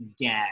dead